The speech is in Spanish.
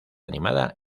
animada